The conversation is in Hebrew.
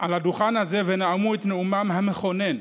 על הדוכן הזה ונאמו את נאומם המכונן,